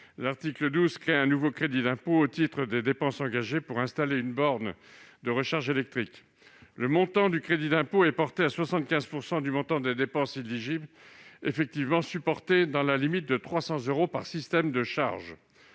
L'article 12 crée un nouveau crédit d'impôt au titre des dépenses engagées pour installer une borne de recharge électrique. Le montant du crédit d'impôt est porté à 75 % du montant des dépenses éligibles effectivement supportées, dans la limite de 300 euros par système de charge.